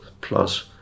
plus